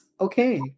okay